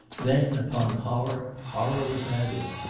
then upon horror, horror was added.